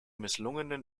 misslungenen